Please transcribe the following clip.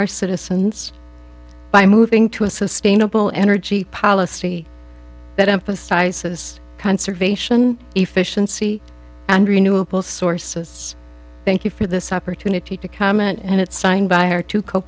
our citizens by moving to a sustainable energy policy that emphasizes conservation efficiency and renewable sources thank you for this opportunity to come and it's signed by her to co